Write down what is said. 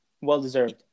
Well-deserved